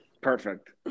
Perfect